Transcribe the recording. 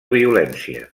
violència